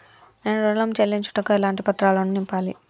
నేను ఋణం చెల్లించుటకు ఎలాంటి పత్రాలను నింపాలి?